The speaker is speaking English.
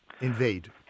invade